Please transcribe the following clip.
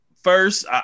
First